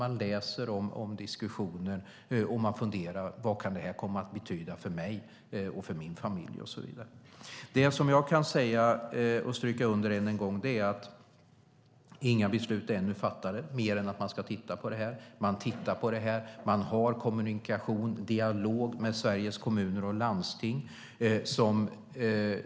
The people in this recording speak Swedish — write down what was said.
Man läser om det och funderar på vad det kan komma att betyda för en själv och familjen. Det jag kan säga och än en gång stryka under är att inga beslut ännu är fattade, mer än att man ska titta på detta. Man tittar på det och har kommunikation och dialog med Sveriges Kommuner och Landsting.